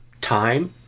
time